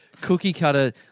cookie-cutter